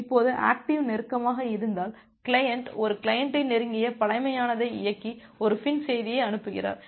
இப்போது ஆக்டிவ் நெருக்கமாக இருந்தால் கிளையன்ட் ஒரு கிளையண்டை நெருங்கிய பழமையானதை இயக்கி ஒரு FIN செய்தியை அனுப்புகிறார்